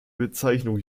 bezeichnung